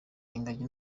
ingagi